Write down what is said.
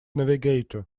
navigator